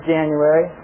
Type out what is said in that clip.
January